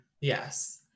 yes